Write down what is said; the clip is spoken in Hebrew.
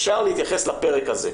אפשר להתייחס לפרק הזה.